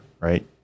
right